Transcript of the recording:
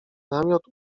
namiot